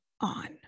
on